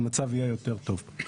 המצב יהיה יותר טוב.